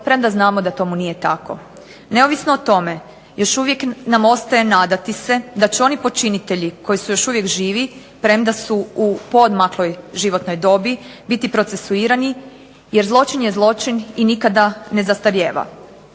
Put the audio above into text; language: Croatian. premda znamo da tomu nije tako. Neovisno o tome još uvijek nam ostaje nadati se da će oni počinitelji, koji su još uvijek živi, premda su u poodmakloj životnoj dobi, biti procesuirani, jer zločin je zločin i nikada ne zastarijeva.